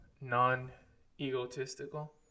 non-egotistical